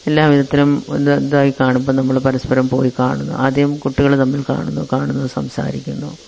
എല്ലാ വിധത്തിലും ഒന്ന് ഇതായി കാണുമ്പം നമ്മൾ പരസ്പരം പോയി കാണുന്നു ആദ്യം കുട്ടികൾ തമ്മില് കാണുന്നു കാണുന്നു സംസാരിക്കുന്നു